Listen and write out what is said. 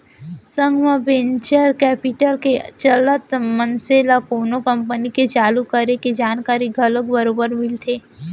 संग म venture capital के चलत मनसे ल कोनो कंपनी के चालू करे के जानकारी घलोक बरोबर मिलथे